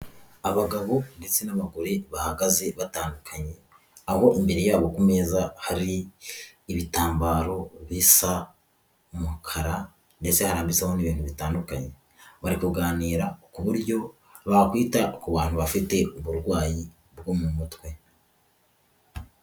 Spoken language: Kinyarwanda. Abagabo ndetse n'abagore bahagaze batandukanye aho imberebiri yabo ku meza hari ibitambaro bisa umukara ndetse harambikwa ho n'ibintu bitandukanye bari kuganira ku buryo bakwita ku bantu bafite uburwayi bwo mu mutwe.